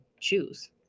choose